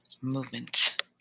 movement